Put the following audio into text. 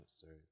sorry